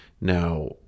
Now